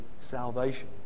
salvation